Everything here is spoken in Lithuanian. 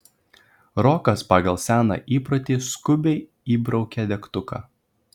rokas pagal seną įprotį skubiai įbraukė degtuką